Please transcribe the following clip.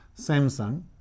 Samsung